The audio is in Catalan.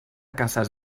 casas